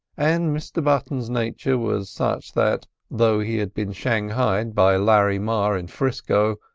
and mr button's nature was such that though he had been shanghaied by larry marr in frisco,